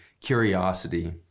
curiosity